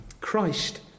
Christ